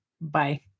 Bye